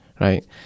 right